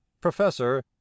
professor